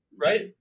Right